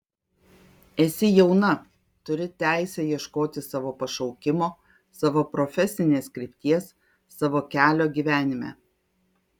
esi jauna turi teisę ieškoti savo pašaukimo savo profesinės krypties savo kelio gyvenime